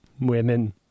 Women